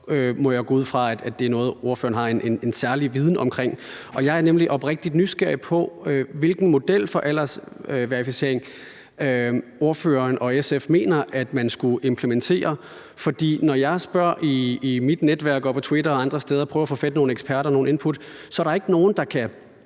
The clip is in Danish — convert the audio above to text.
må jeg gå ud fra, at det er noget, ordføreren har en særlig viden om. Jeg er nemlig oprigtig nysgerrig på, hvilken model for aldersverificering ordføreren og SF mener man skulle implementere. For når jeg spørger i mit netværk og på Twitter og andre steder, prøver at få fat